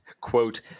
quote